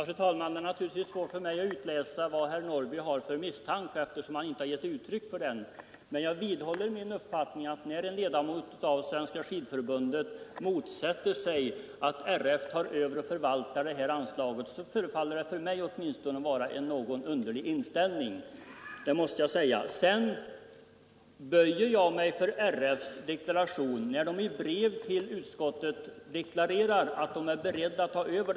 Fru talman! Det är naturligtvis svårt för mig att utläsa vad herr Norrby i Gunnarskog har för misstankar, eftersom han inte givit uttryck för dem. Men jag vidhåller min uppfattning att när en ledamot av Svenska skidförbundet motsätter sig att RF tar över och förvaltar ifrågavarande anslag, förefaller det åtminstone mig att vara fråga om en underlig inställning. Sedan böjer jag mig för RF:s deklaration. I brev förklarar man sig beredd att ta över.